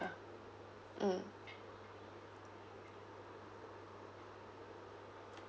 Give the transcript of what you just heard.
mm